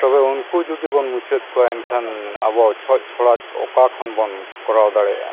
ᱛᱮᱵᱚ ᱩᱱᱠᱩ ᱡᱩᱫᱤ ᱵᱚᱱ ᱢᱩᱪᱟᱹᱫ ᱠᱚᱣᱟ ᱮᱱᱠᱷᱟᱱ ᱟᱵᱚᱣᱟᱜ ᱪᱷᱚᱸᱪ ᱪᱷᱚᱲᱟ ᱚᱠᱟ ᱠᱷᱚᱱ ᱵᱚᱱ ᱠᱚᱨᱟᱣ ᱫᱟᱲᱮᱭᱟᱜᱼᱟ